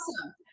awesome